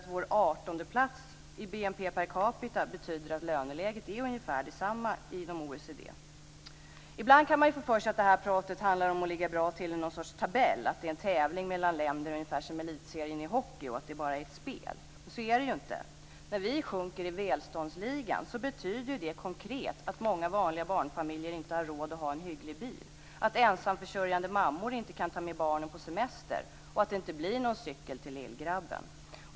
Vår artondeplats i fråga om BNP per capita betyder att löneläget är ungefär detsamma inom OECD. Ibland kan man ju få för sig att detta tal handlar om att ligga bra till i någon sorts tabell och att det är en tävling mellan länder ungefär som Elitserien i hockey och att det bara är ett spel. Men så är det ju inte. När vi sjunker i välståndsligan betyder det konkret att många vanliga barnfamiljer inte har råd att ha en hygglig bil, att ensamförsörjande mammor inte kan ta med barnen på semester och att det inte blir någon cykel till lillgrabben.